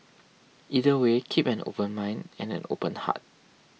either way keep an open mind and an open heart